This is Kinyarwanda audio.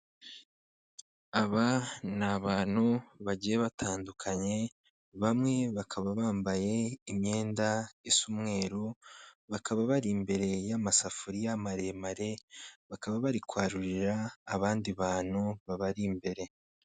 Aba ni abantu bagiye batandukanye bamwe bakaba bambaye imyenda isa umweru, bakaba bari imbere y'amasafuriya maremare bakaba bari kwarurira abandi bantu babari imbere.